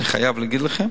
אני חייב להגיד לכם